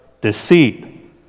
deceit